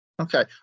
Okay